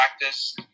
practice